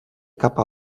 cap